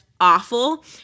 awful